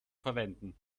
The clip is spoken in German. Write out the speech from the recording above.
verwenden